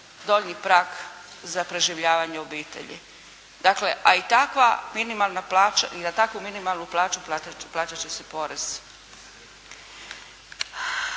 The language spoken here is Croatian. donji prag za preživljavanje obitelji. Dakle a i takva minimalna plaća, i na takvu minimalnu plaću plaćat će se porez.